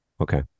Okay